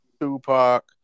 Tupac